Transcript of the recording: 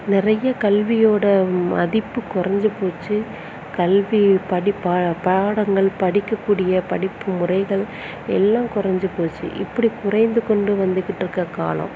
நிறைய கல்வியோடய மதிப்பு கொறைஞ்சு போச்சு கல்வி படிப்பு பாடங்கள் படிக்கக்கூடிய படிப்பு முறைகள் எல்லாம் கொறைஞ்சு போச்சு இப்படி குறைந்து கொண்டு வந்துக்கிட்டுருக்கற காலம்